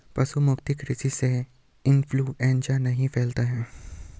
पशु मुक्त कृषि से इंफ्लूएंजा नहीं फैलता है